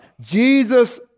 Jesus